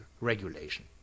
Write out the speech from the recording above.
regulation